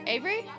Avery